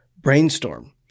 brainstorm